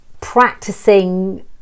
practicing